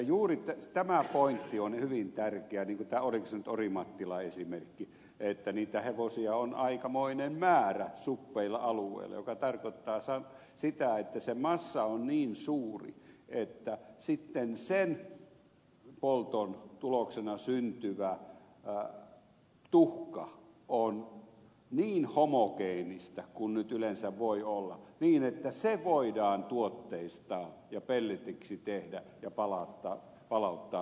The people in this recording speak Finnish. juuri tämä pointti on hyvin tärkeä oliko se nyt orimattila esimerkki että niitä hevosia on aikamoinen määrä suppeilla alueilla joka tarkoittaa sitä että se massa on niin suuri että sitten sen polton tuloksena syntyvä tuhka on niin homogeenista kuin nyt yleensä voi olla niin että se voidaan tuotteistaa ja pelletiksi tehdä ja palauttaa metsiin vaikka